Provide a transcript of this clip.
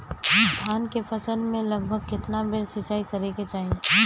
धान के फसल मे लगभग केतना बेर सिचाई करे के चाही?